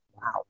Wow